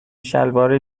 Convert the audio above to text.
شلوار